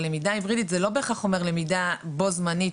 הלמידה ההיברידית זה לא הכרח אומר בו זמנים,